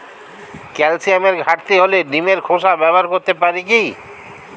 ক্যালসিয়ামের ঘাটতি হলে ডিমের খোসা ব্যবহার করতে পারি কি?